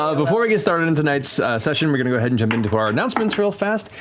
ah before we get started on tonight's session, we're going to go ahead and jump into our announcements real fast,